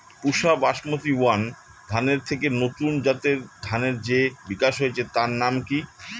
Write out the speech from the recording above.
পুসা basmati one ধানের থেকে নতুন জাতের ধানের যে বিকাশ হয়েছে তার নাম কি?